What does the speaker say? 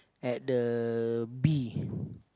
at the bee